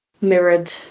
mirrored